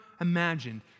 imagined